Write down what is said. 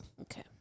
Okay